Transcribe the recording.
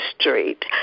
Street